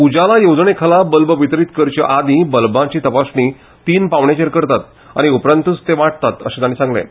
उजाला येवजणे खाला बल्ब वितरीत करचे आदीं बल्बांची तपासणी तीन पांवड्याचेर करतात आनी उपरांतूच ते वांट्टात अशें तांणी सांगलें